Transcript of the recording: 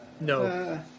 no